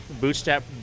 Bootstrap